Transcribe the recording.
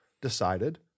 decided